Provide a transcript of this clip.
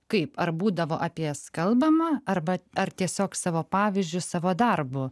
kaip ar būdavo apie jas kalbama arba ar tiesiog savo pavyzdžiu savo darbu